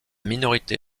minorité